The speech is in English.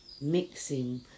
Mixing